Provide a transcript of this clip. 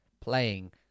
playing